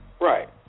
Right